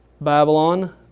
Babylon